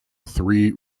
three